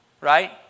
right